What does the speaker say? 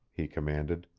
he commanded.